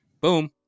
boom